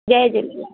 Jay Jhulelal